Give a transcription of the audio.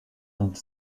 und